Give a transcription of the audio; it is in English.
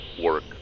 work